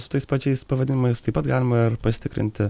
su tais pačiais pavadinimais taip pat galima ir pasitikrinti